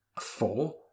four